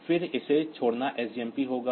फिर इसे छोड़ना सजमप होगा